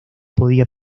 podía